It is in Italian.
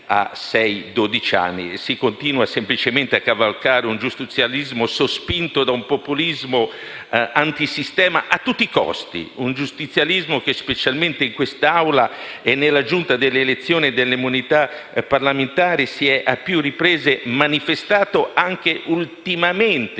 Si continua semplicemente a cavalcare un giustizialismo sospinto da un populismo antisistema a tutti i costi, un giustizialismo che specialmente in quest'Aula e nella Giunta delle elezioni e delle immunità parlamentari si è a più riprese manifestato, ultimamente